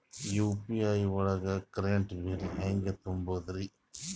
UPI ಒಳಗ current bill ಹೆಂಗ್ ತುಂಬದ್ರಿ?